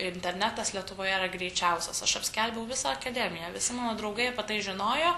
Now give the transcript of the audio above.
internetas lietuvoje yra greičiausias aš apskelbiau visą akademiją visi mano draugai apie tai žinojo